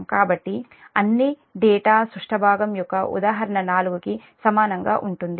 కాబట్టి అన్ని డేటా సుష్ట భాగం యొక్క 'ఉదాహరణ 4' కి సమానంగా ఉంటుంది